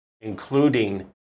including